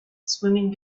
swimming